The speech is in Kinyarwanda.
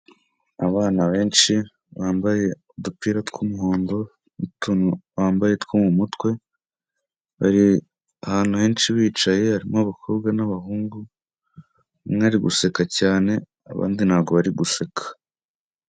Abana benshi bambaye udupira tw'umuhondo n'utuntu bambaye two mu mutwe, bari ahantu henshi bicaye harimo abakobwa n'abahungu, umwe ari guseka cyane abandi ntabwo bari guseka.